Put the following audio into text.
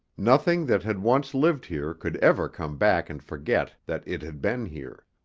nothing that had once lived here could ever come back and forget that it had been here.